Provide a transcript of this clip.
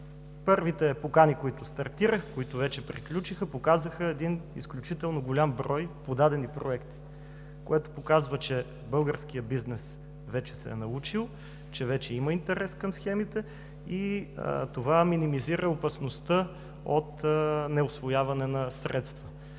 Първите покани, които стартираха и вече приключиха, показаха изключително голям брой подадени проекти, което означава, че българският бизнес вече се е научил, че вече има интерес към схемите и това минимизира опасността от неусвояване на средства.